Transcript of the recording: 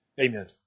Amen